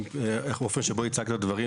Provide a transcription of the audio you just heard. האופן שבו הצגת דברים,